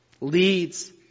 leads